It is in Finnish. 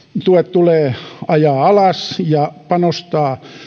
tulee ajaa alas ja panostaa